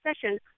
session